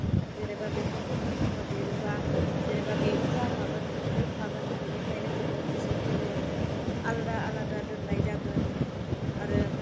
जेनेबा बेफोरखौ जों खाफादेरोबा जेनेबा बेबो जाफागोन सन्देरफागोन बेनिखायनो जोङो बिसोरखौबो आलादा आलादा दोन्नाय जागोन आरो